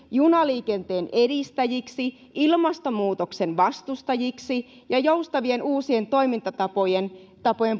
junaliikenteen edistäjäksi ilmastonmuutoksen vastustajaksi ja joustavien uusien toimintatapojen